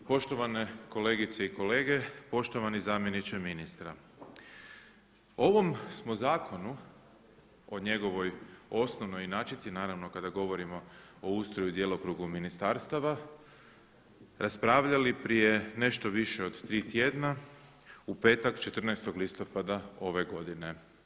Poštovane kolegice i kolege, poštovani zamjeniče ministra o ovom smo zakonu o njegovoj osnovnoj inačici naravno kada govorimo o ustroju i djelokruga raspravljali prije nešto više od 3 tjedna, u petak 14. listopada ove godine.